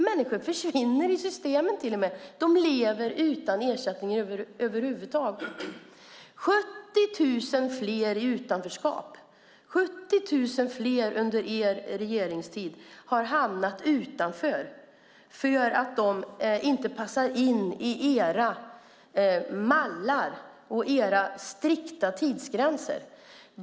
Människor försvinner till och med i systemet. De lever utan ersättning över huvud taget. Det är 70 000 fler i utanförskap. 70 000 fler har under er regeringstid hamnat utanför, eftersom de inte passar in i era mallar och era strikta tidsgränser.